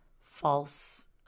false